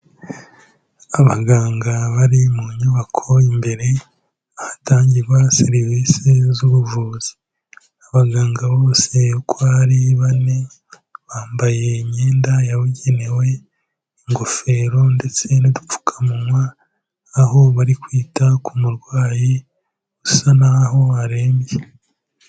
Abaganga bari mu nyubako imbere ahatangirwa serivisi z'ubuvuzi, abaganga bose uko ari bane, bambaye imyenda yabugenewe, ingofero ndetse n'udupfukamunwa, aho bari kwita ku murwayi usa n'aho arembye.